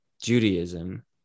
Judaism